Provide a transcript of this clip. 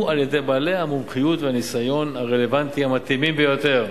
על-ידי בעלי המומחיות והניסיון הרלוונטי המתאימים ביותר,